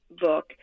book